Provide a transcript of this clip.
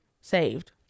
saved